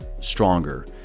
Stronger